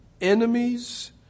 enemies